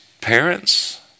parents